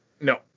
No